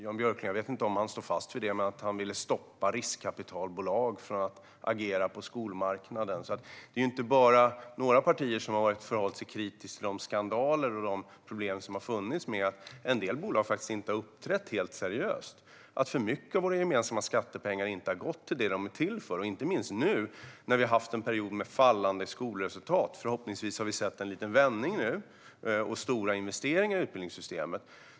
Jag vet inte om Jan Björklund står fast vid detta, men då ville han stoppa riskkapitalbolag från att agera på skolmarknaden. Det är alltså inte bara några få partier som har varit kritiska till de skandaler och problem som har funnits i och med att en del bolag faktiskt inte har uppträtt helt seriöst. För mycket av våra gemensamma skattepengar har inte gått till det de är till för. Det här gäller inte minst nu, när vi har haft en period med fallande skolresultat. Förhoppningsvis ser vi dock en liten vändning nu med stora investeringar i utbildningssystemet.